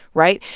right?